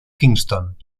kingston